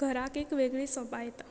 घराक एक वेगळी सोबाय येता